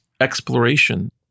exploration